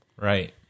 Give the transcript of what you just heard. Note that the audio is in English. Right